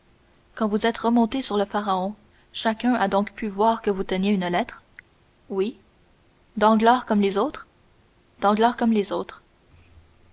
quand vous êtes remonté sur le pharaon chacun a donc pu voir que vous teniez une lettre oui danglars comme les autres danglars comme les autres